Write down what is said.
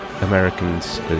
Americans